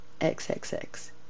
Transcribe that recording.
XXX